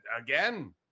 Again